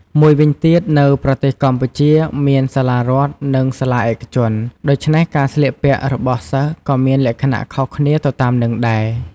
មួយវិញទៀត នៅប្រទេសកម្ពុជាមានសាលារដ្ឋ និងសាលាឯកជន ដូច្នេះការស្លៀកពាក់របស់សិស្សក៏មានលក្ខណៈខុសគ្នាទៅតាមនឹងដែរ។